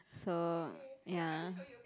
so ya